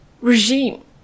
regime